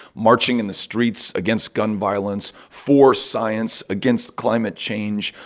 marching in the streets against gun violence for science, against climate change,